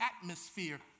atmosphere